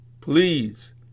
Please